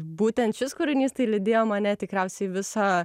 būtent šis kūrinys tai lydėjo mane tikriausiai visą